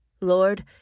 Lord